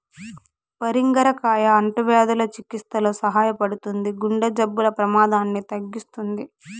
పరింగర కాయ అంటువ్యాధుల చికిత్సలో సహాయపడుతుంది, గుండె జబ్బుల ప్రమాదాన్ని తగ్గిస్తుంది